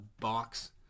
box